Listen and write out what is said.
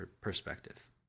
perspective